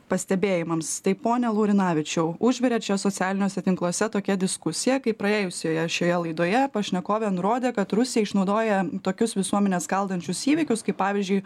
pastebėjimams tai pone laurinavičiau užvirė čia socialiniuose tinkluose tokia diskusija kaip praėjusioje šioje laidoje pašnekovė nurodė kad rusija išnaudoja tokius visuomenę skaldančius įvykius kaip pavyzdžiui